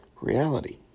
reality